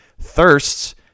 thirsts